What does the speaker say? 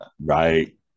Right